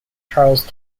charles